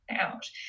out